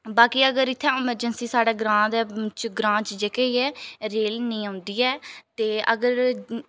बाकी अगर इ'त्थें इमरजेंसी साढ़े ग्रांऽ च जेह्की ऐ रेल निं औंदी ऐ ते अगर